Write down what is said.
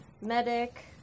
medic